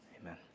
amen